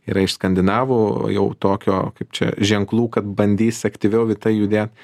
yra iš skandinavų jau tokio kaip čia ženklų kad bandys aktyviau į tai judėt